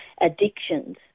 addictions